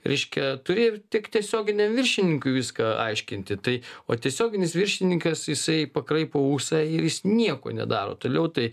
reiškia turi tik tiesioginiam viršininkui viską aiškinti tai o tiesioginis viršininkas jisai pakraipo ūsą ir jis nieko nedaro toliau tai